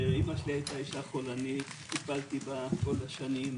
אמא שלי הייתה אישה חולנית, טיפלתי בה כל השנים,